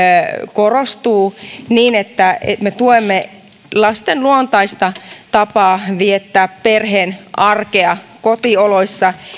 korostuu niin että me tuemme lasten luontaista tapaa viettää perheen arkea kotioloissa